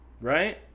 right